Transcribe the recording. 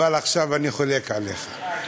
אבל עכשיו אני חולק עליך,